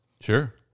Sure